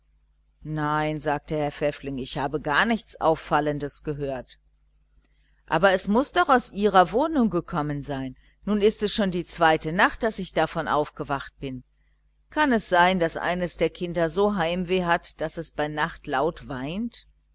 nein sagte herr pfäffling ich habe gar nichts auffallendes gehört aber es muß doch aus ihrer wohnung gekommen sein nun ist es schon die zweite nacht daß ich daran aufgewacht bin kann es sein daß eines der kinder so heimweh hat daß es bei nacht laut weint